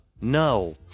no